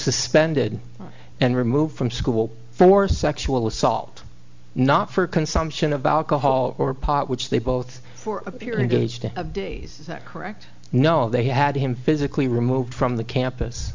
suspended and removed from school for sexual assault not for consumption of alcohol or pot which they both for a beer and gauged of days is that correct no they had him physically removed from the campus